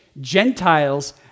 Gentiles